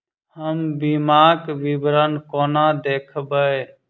हम बीमाक विवरण कोना देखबै?